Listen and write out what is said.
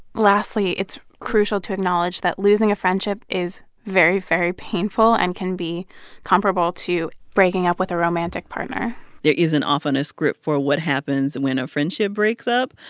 lastly, it's crucial to acknowledge that losing a friendship is very, very painful and can be comparable to breaking up with a romantic partner there isn't often a script for what happens when a friendship breaks up,